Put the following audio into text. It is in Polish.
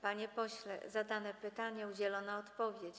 Panie pośle, zadane pytanie, udzielona odpowiedź.